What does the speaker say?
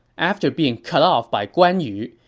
after being cut off by guan yu,